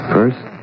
First